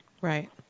right